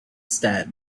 said